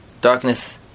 Darkness